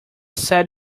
said